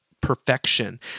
perfection